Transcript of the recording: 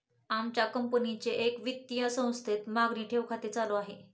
आमच्या कंपनीचे एका वित्तीय संस्थेत मागणी ठेव खाते चालू आहे